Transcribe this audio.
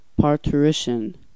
parturition